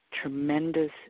tremendous